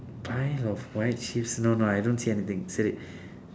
pile of white sheets no no I don't see anything siddiq